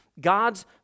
God's